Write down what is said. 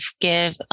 give